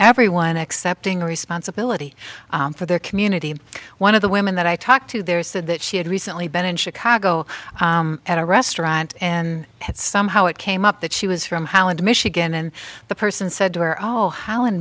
everyone accepting responsibility for their community one of the women that i talked to there said that she had recently been in chicago at a restaurant and had some how it came up that she was from holland michigan and the person said to her oh ho